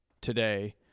today